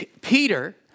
Peter